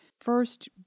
First